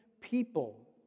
people